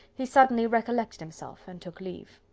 he suddenly recollected himself, and took leave.